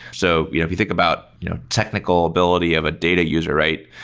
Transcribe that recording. so you know if you think about technical ability of a data user, right?